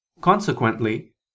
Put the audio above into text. Consequently